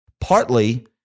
Partly